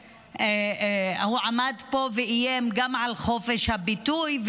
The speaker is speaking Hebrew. הוא עמד פה ואיים גם על חופש הביטוי,